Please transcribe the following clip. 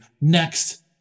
Next